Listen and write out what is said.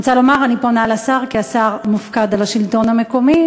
אני רוצה לומר שאני פונה לשר כי השר מופקד על השלטון המקומי,